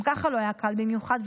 גם ככה לא היה קל במיוחד,